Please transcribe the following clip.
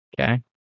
Okay